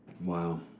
wow